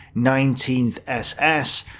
nineteenth ss,